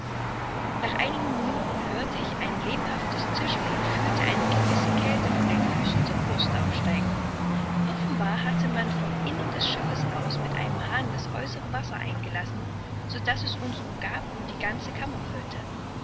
nach einigen minuten hörte ich ein lebhaftes zischen und fühlte eine gewisse kälte von den füßen zur brust aufsteigen offenbar hatte man vom innern des schiffes aus mit einem hahn das äußere wasser eingelassen so daß es uns umgab und die ganze kammer füllte